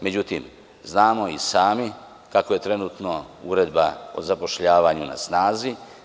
Međutim, znamo i sami kakva je trenutno Uredba o zapošljavanju na snazi.